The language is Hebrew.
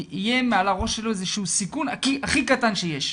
יהיה מעל ראשו איזה שהוא סיכון הכי קטן שיש.